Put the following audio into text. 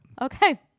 okay